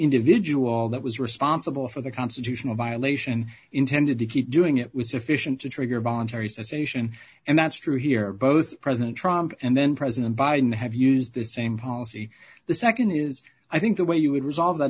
individual that was responsible for the constitutional violation intended to keep doing it was sufficient to trigger voluntary cessation and that's true here both president trump and then president biden have used the same policy the nd is i think the way you would resolve that